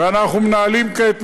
ואנחנו מנהלים כעת משא-ומתן,